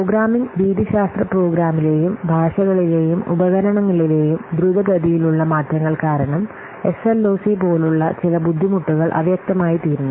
programming രീതിശാസ്ത്ര പ്രോഗ്രാമിലെയും ഭാഷകളിലെയും ഉപകരണങ്ങളിലെയും ദ്രുതഗതിയിലുള്ള മാറ്റങ്ങൾ കാരണം എസ്എൽഓസി പോലുള്ള ചില ബുദ്ധിമുട്ടുകൾ അവ്യക്തമായിത്തീരുന്നു